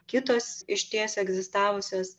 kitos išties egzistavusios